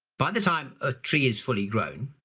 by the time a tree is fully grown,